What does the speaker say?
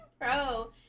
pro